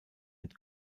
mit